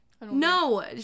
No